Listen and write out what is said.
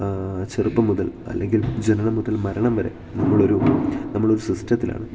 ചെറുപ്പം മുതൽ അല്ലെങ്കിൽ ജനനം മുതൽ മരണം വരെ നമ്മളൊരു നമ്മളൊരു സിസ്റ്റത്തിലാണ്